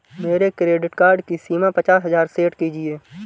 मेरे credit card की सीमा पचास हजार सेट कीजिए